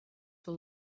will